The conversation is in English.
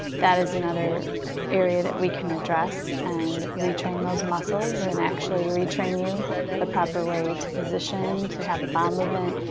that is another area that we can address and retrain those muscles and actually retrain you the proper way to position to have a bowel movement.